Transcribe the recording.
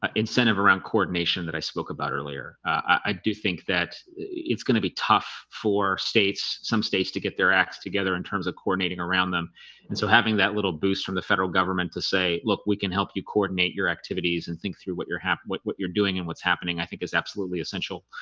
ah incentive around coordination that i spoke about earlier. ah, i do think that it's going to be tough for states some states to get their acts together in terms of coordinating around them and so having that little boost from the federal government to say look we can help you coordinate your activities and think through what you're happy what what you're doing and what's happening. i think is absolutely essential